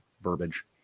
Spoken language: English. verbiage